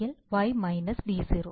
അല്ലെങ്കിൽ y d0